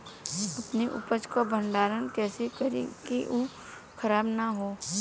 अपने उपज क भंडारन कइसे करीं कि उ खराब न हो?